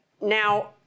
Now